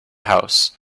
house